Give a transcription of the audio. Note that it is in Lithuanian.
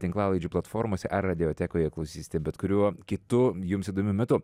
tinklalaidžių platformose ar radiotekoje klausysite bet kuriuo kitu jums įdomiu metu